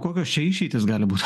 kokios čia išeitys gali būt